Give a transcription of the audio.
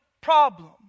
problem